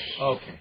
okay